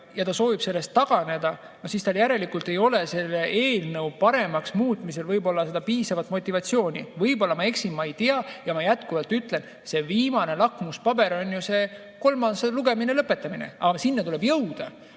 soovib sellest taganeda, siis järelikult tal ei ole selle eelnõu paremaks muutmiseks võib-olla piisavalt motivatsiooni. Võib-olla ma eksin, ma ei tea. Aga ma jätkuvalt ütlen, viimane lakmuspaber on kolmas lugemine, selle lõpetamine. Aga sinna tuleb jõuda.